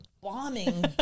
bombing